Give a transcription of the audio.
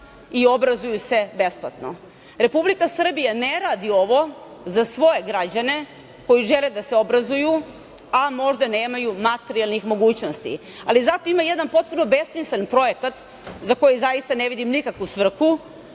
i obrazuju se besplatno. Republika Srbija ne radi ovo za svoje građane koji žele da se obrazuju, a možda nemaju materijalnih mogućnosti, ali zato ima jedan potpuno besmislen projekat, za koji zaista ne vidim nikakvu svrhu,